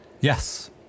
Yes